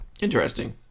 Interesting